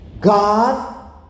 God